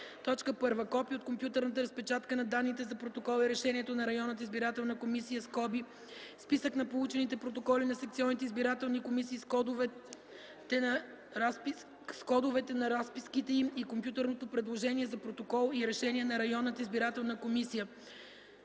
и: 1. копие от компютърната разпечатка на данните за протокола и решението на районната избирателна комисия (списък на получените протоколи на секционните избирателни комисии с кодовете на разписките им и компютърното предложение за протокол и решение на районната избирателна комисия),